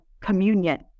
communion